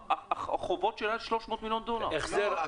החובות שלה 300 מילון דולר?